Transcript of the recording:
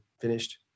finished